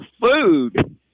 food